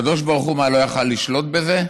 הקדוש ברוך הוא, מה, לא היה יכול לשלוט בזה?